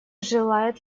желает